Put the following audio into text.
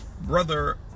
Brother